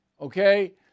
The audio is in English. okay